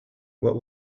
what